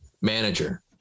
manager